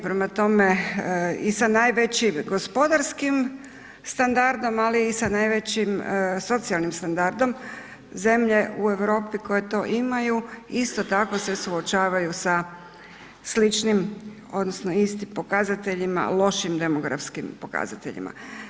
Prema tome i sa najvećim gospodarskim standardom, ali i sa najvećim socijalnim standardom zemlje u Europi koje to imaju isto tako se suočavaju sa sličnim odnosno istim pokazateljima, lošim demografskim pokazateljima.